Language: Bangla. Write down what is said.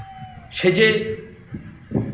সে যে